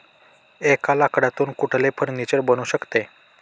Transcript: एका लाकडातून कुठले फर्निचर बनू शकते?